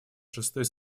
шестой